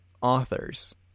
authors